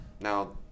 Now